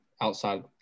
outside